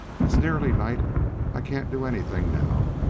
is nearly night i can't do anything now.